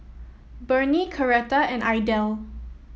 Burney Coretta and Idell